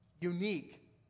unique